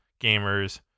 gamers